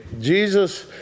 Jesus